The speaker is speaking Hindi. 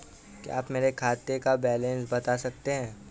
क्या आप मेरे खाते का बैलेंस बता सकते हैं?